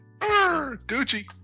Gucci